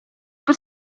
per